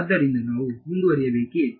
ಆದ್ದರಿಂದ ನಾವು ಮುಂದುವರಿಯಬೇಕೇ